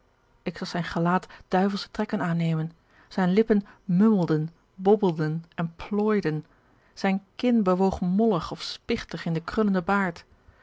ik zag zijn gelaat duivelsche trekken aannemen zijn lippen mummelden bobbelden en plooiden zijn kin bewoog mollig of spichtig in den krullenden baard